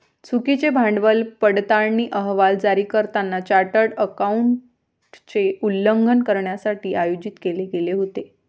चुकीचे भांडवल पडताळणी अहवाल जारी करताना चार्टर्ड अकाउंटंटचे उल्लंघन करण्यासाठी आयोजित केले गेले होते